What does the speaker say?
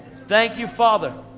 thank you father.